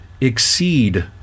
exceed